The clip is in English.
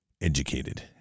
educated